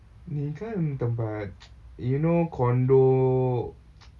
ni kan tempat you know condo